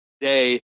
day